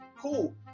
Cool